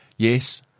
Yes